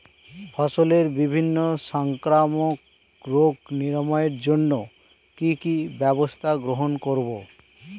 ফসলের বিভিন্ন সংক্রামক রোগ নিরাময়ের জন্য কি কি ব্যবস্থা গ্রহণ করব?